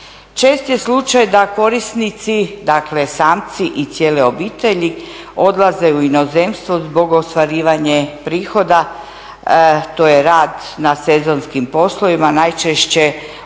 Čest je slučaj da korisnici dakle samci i cijele obitelji odlaze u inozemstvo zbog ostvarivanja prihoda to je rad na sezonskim poslovima najčešće u